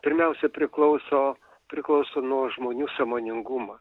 pirmiausia priklauso priklauso nuo žmonių sąmoningumo